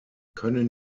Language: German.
können